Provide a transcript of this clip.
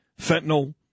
fentanyl